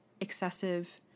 excessive